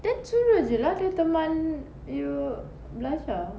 then suruh jer lah dia teman you lunch ah